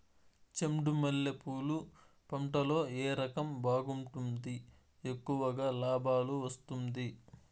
చెండు మల్లె పూలు పంట లో ఏ రకం బాగుంటుంది, ఎక్కువగా లాభాలు వస్తుంది?